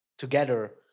Together